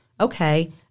okay